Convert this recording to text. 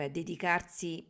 dedicarsi